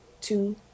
two